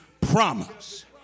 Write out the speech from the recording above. promise